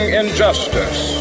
injustice